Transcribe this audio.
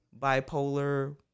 bipolar